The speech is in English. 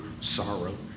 sorrow